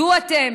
דעו שאתם